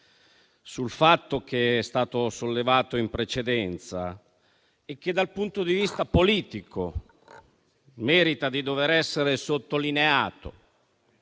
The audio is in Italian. sul fatto che è stato sollevato in precedenza e che dal punto di vista politico, merita di dover essere sottolineato.